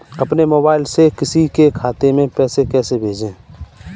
अपने मोबाइल से किसी के खाते में पैसे कैसे भेजें?